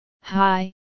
Hi